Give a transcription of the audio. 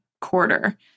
quarter